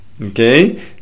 Okay